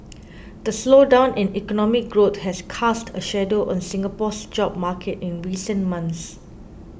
the slowdown in economic growth has cast a shadow on Singapore's job market in recent months